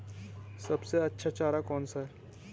सबसे अच्छा चारा कौन सा है?